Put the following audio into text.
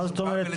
מה פירוש